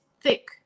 thick